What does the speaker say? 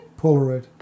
Polaroid